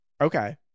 Okay